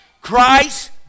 Christ